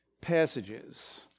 passages